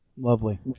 Lovely